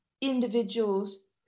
individuals